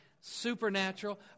supernatural